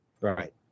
Right